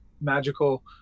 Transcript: magical